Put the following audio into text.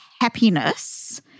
happiness